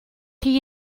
chi